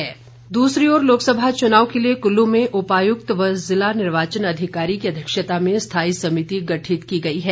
समिति दूसरी ओर लोकसभा चुनाव के लिए कुल्लू में उपायुक्त व ज़िला निर्वाचन अधिकारी की अध्यक्षता में स्थायी समिति गठित की गई है